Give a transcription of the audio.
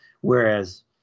Whereas